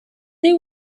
they